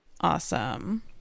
Awesome